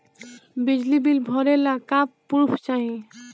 बिजली बिल भरे ला का पुर्फ चाही?